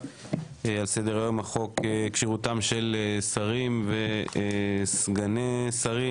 על סדר היום כשירותם של שרים וסגני שרים.